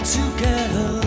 together